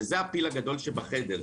וזה הפיל הגדול שבחדר,